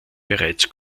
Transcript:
bereits